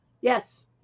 Yes